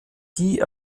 die